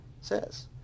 says